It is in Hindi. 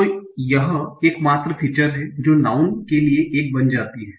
तो यह एकमात्र फीचर्स है जो नाऊँन के लिए 1 बन जाती है